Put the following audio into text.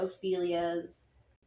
Ophelia's